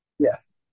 Yes